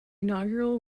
inaugural